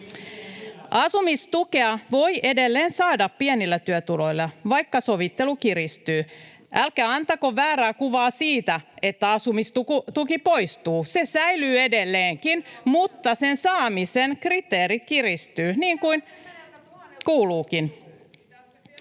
Asumistukea voi edelleen saada pienillä työtuloilla, vaikka sovittelu kiristyy. Älkää antako väärää kuvaa siitä, että asumistuki poistuu. Se säilyy edelleenkin, mutta sen saamisen kriteerit kiristyvät, [Krista Kiuru: